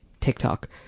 TikTok